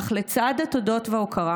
אך לצד התודות וההוקרה,